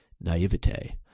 naivete